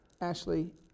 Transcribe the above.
Ashley